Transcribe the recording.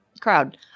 Crowd